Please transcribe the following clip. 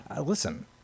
Listen